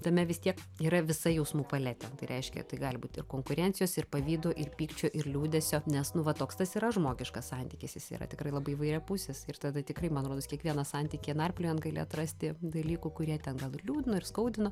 tame vis tiek yra visa jausmų paletė tai reiškia tai gali būt ir konkurencijos ir pavydo ir pykčio ir liūdesio nes nu va toks tas yra žmogiškas santykis jis yra tikrai labai įvairiapusis ir tada tikrai man rodos kiekvieną santykį narpliojant gali atrasti dalykų kurie ten gal ir liūdno ir skaudino